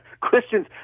Christians